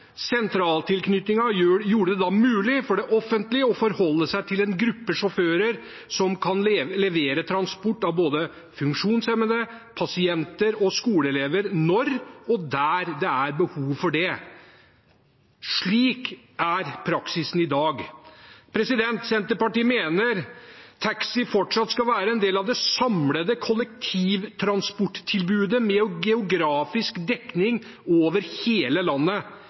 Sentraltilknytningen gjør det da mulig for det offentlige å forholde seg til en gruppe sjåfører som kan levere transport av både funksjonshemmede, pasienter og skoleelever når og der det er behov for det. Slik er praksisen i dag. Senterpartiet mener taxi fortsatt skal være en del av det samlede kollektivtransporttilbudet med geografisk dekning over hele landet